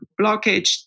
blockage